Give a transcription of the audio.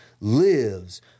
lives